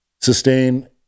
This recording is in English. sustain